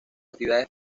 actividades